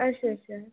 अच्छा अच्छा